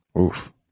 Oof